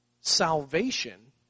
salvation